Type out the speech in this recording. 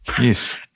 Yes